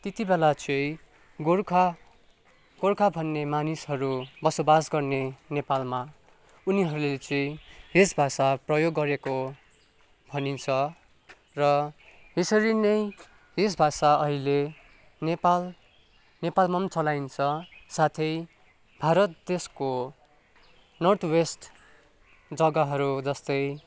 त्यति बेला चाहिँ गोर्खा गोर्खा भन्ने मानिसहरू बसोबास गर्ने नेपालमा उनीहरूले चाहिँ यस भाषा प्रयोग गरेको भनिन्छ र यसरी नै यस भाषा अहिले नेपाल नेपालमा पनि चलाइन्छ साथै भारत देशको नर्थ वेस्ट जग्गाहरू जस्तै